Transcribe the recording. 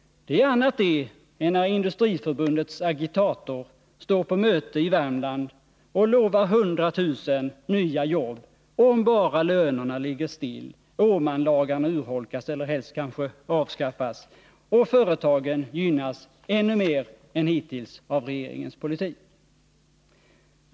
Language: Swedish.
Det är annat än när Industriförbundets agitator deltar i ett möte i Värmland och lovar 100 000 nya jobb, om bara lönerna ligger still, Åmanlagarna urholkas eller helst avskaffas och företagen gynnas ännu mer än hittills av regeringens politik.